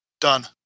Done